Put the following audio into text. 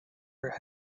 her